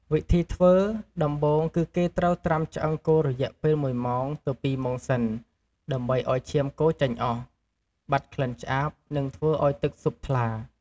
វិធីធ្វើ ដំបូងគឺគេត្រូវត្រាំឆ្អឹងគោរយៈពេលមួយម៉ោងទៅពីរម៉ោងសិន ដើម្បីឱ្យឈាមគោចេញអស់ បាត់ក្លិនឆ្អាប និងធ្វើឱ្យទឹកស៊ុបថ្លា។